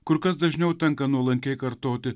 kur kas dažniau tenka nuolankiai kartoti